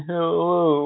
Hello